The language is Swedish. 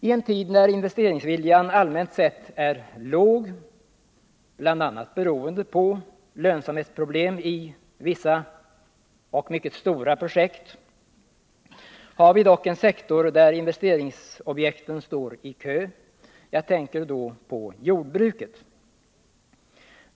I en tid när investeringsviljan allmänt sett är låg — bl.a. beroende på lönsamhetsproblem i vissa mycket stora projekt — har vi dock en sektor där investeringsobjekten står i kö. Jag tänker på jordbruket.